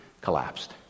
collapsed